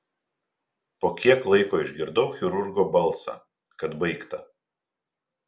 po kiek laiko išgirdau chirurgo balsą kad baigta